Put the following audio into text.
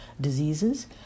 diseases